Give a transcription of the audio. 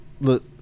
look